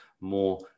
more